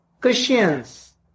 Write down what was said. Christians